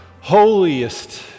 holiest